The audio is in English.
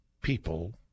people